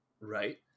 Right